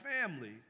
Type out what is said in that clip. family